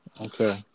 Okay